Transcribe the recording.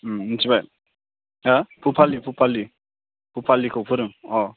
मिनथिबाय हा भुपालि भुपालिखौ फोरों अ